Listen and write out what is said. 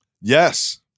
Yes